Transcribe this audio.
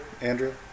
Andrew